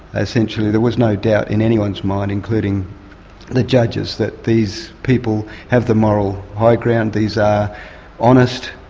essentially there was no doubt in anyone's mind, including the judge's, that these people have the moral high ground these are honest,